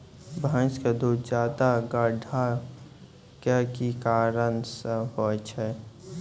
भैंस के दूध ज्यादा गाढ़ा के कि कारण से होय छै?